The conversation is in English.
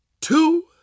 two